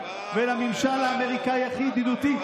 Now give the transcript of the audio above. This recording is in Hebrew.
ולממשל האמריקאי הכי ידידותי,